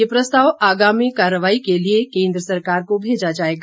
ये प्रस्ताव आगामी कार्रवाई के लिए केंद्र सरकार को भेजा जाएगा